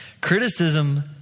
Criticism